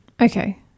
Okay